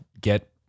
get